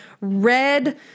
red